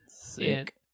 Sick